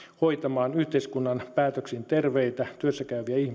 hoitamaan yhteiskunnan päätöksin terveitä työssä käyviä ihmisiä joiden elämänhallinta